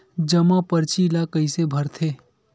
जमा परची ल कइसे भरथे?